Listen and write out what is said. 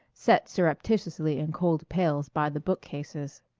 set surreptitiously in cold pails by the bookcases.